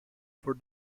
for